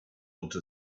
able